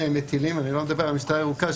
מטילים אני לא מדבר על המשטרה הירוקה,